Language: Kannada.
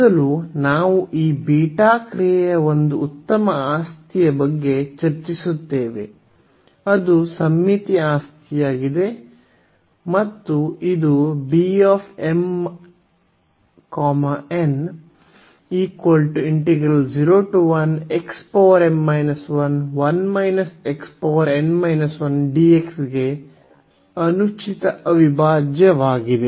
ಮೊದಲು ನಾವು ಈ ಬೀಟಾ ಕ್ರಿಯೆಯ ಒಂದು ಉತ್ತಮ ವರ್ತನೆಯ ಬಗ್ಗೆ ಚರ್ಚಿಸುತ್ತೇವೆ ಅದು ಸಮರೂಪತೆಯ ವರ್ತನೆಯಾಗಿದೆ ಮತ್ತು ಇದು ಗೆ ಅನುಚಿತ ಅವಿಭಾಜ್ಯವಾಗಿದೆ